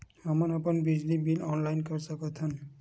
हमन अपन बिजली बिल ऑनलाइन कर सकत हन?